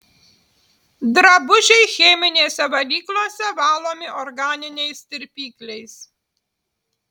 drabužiai cheminėse valyklose valomi organiniais tirpikliais